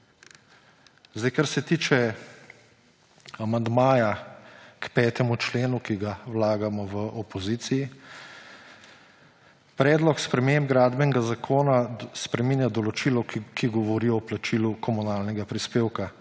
Kar se tiče amandmaja k 5. členu, ki ga vlagamo v opoziciji, predlog sprememb Gradbenega zakona spreminja določilo, ki govori o plačilu komunalnega prispevka.